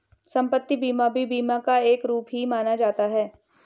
सम्पत्ति बीमा भी बीमा का एक रूप ही माना जाता है